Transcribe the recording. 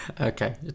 Okay